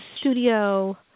studio